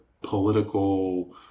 political